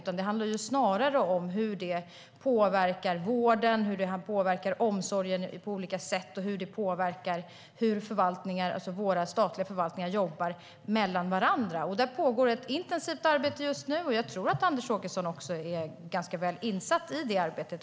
Snarare handlar det om hur detta på olika sätt påverkar vården och omsorgen och hur det påverkar samverkan mellan våra statliga förvaltningar. Där pågår ett intensivt arbete just nu, och jag tror att Anders Åkesson själv är ganska väl insatt i det arbetet.